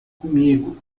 comigo